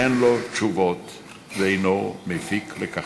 אין לו תשובות והוא אינו מפיק לקחים.